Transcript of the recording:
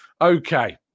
Okay